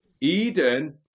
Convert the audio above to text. Eden